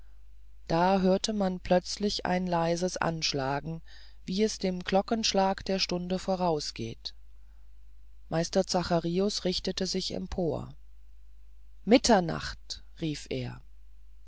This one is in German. da hörte man plötzlich ein leises anschlagen wie es dem glockenschlage der stunden vorausgeht meister zacharius richtete sich empor mitternacht rief er